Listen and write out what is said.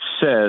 says